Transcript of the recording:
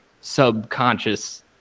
subconscious